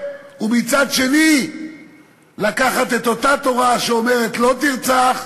ומצד שני לקחת את אותה תורה שאומרת "לא תרצח"